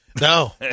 No